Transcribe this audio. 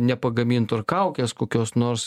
nepagamintų ar kaukės kokios nors